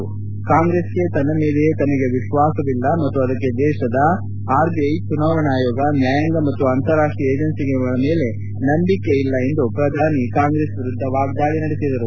ಕಾಂಗ್ರೆಸ್ ಪಕ್ಷಕ್ಕೆ ತನ್ನ ಮೇಲೆಯೇ ತನಗೆ ವಿಶ್ವಾಸವಿಲ್ಲ ಮತ್ತು ಅದಕ್ಕೆ ದೇಶದ ಆರ್ಬಿಐ ಚುನಾವಣಾ ಆಯೋಗ ನ್ಯಾಯಾಂಗ ಮತ್ತು ಅಂತಾರಾಷ್ಟೀಯ ಏಜೆನ್ಲಿಗಳ ಮೇಲೆ ನಂಬಿಕೆ ಇಲ್ಲ ಎಂದು ಪ್ರಧಾನಿ ಕಾಂಗ್ರೆಸ್ ವಿರುದ್ಧ ವಾಗ್ದಾಳಿ ನಡೆಸಿದರು